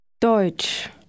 Deutsch